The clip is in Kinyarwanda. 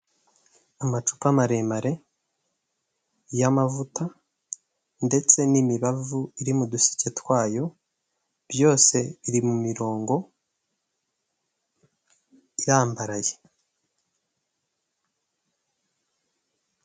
Amacupa maremare y'amavuta ndetse n'imibavu iri mu duseke twayo, byose biri mu mirongo irambaraye.